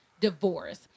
divorce